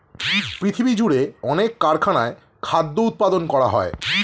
পৃথিবীজুড়ে অনেক কারখানায় খাদ্য উৎপাদন করা হয়